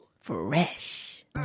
fresh